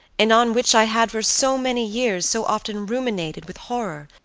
and on which i had for so many years so often ruminated with horror,